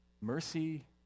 mercy